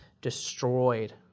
destroyed